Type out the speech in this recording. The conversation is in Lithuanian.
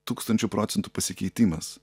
tūkstančiu procentų pasikeitimas